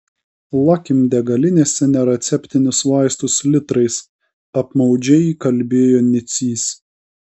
lakim degalinėse nereceptinius vaistus litrais apmaudžiai kalbėjo nicys